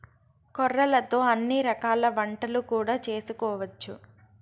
కొర్రలతో అన్ని రకాల వంటలు కూడా చేసుకోవచ్చు